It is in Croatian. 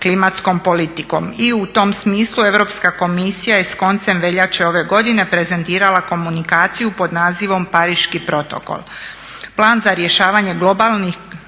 klimatskom politikom i u tom smislu Europska komisija je s koncem veljače ove godine prezentirala komunikaciju pod nazivom Pariški protokol. Plan za rješavanje globalnih